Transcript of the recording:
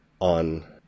on